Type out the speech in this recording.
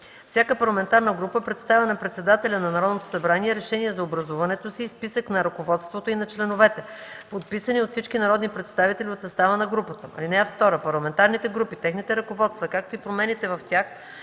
Всяка парламентарна група представя на председателя на Народното събрание решение за образуването си и списък на ръководството и на членовете, подписани от всички народни представители от състава на групата. (2) Парламентарните групи, техните ръководства, както и промените в тях